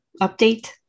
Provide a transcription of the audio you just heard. update